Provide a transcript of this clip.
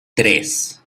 tres